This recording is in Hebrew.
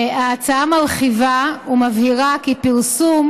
ההצעה מרחיבה ומבהירה כי "פרסום"